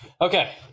Okay